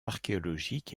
archéologique